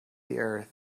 earth